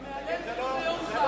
אתה מהלל כאילו זה יום חג.